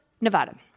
Nevada